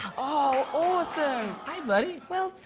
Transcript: oh, awesome. hi, buddy. well done.